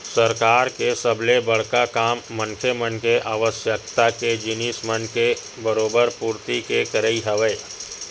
सरकार के सबले बड़का काम मनखे मन के आवश्यकता के जिनिस मन के बरोबर पूरति के करई हवय